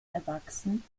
erwachsen